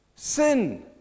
Sin